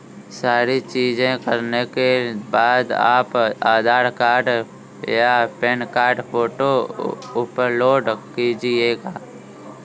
सारी चीजें करने के बाद आप आधार कार्ड या पैन कार्ड फोटो अपलोड कीजिएगा